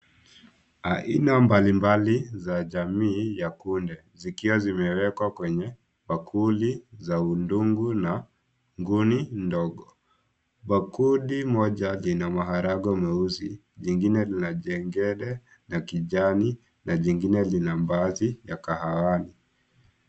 Aina mbalimbali za jamii ya kunde zikiwa zimewekwa kwenye bakuli za udungu na nguni ndongo. Bakuli moja lina maharagwe meusi, jingine lina jengele ya kijani na lingine lina mbaazi ya kahawani.